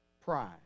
Pride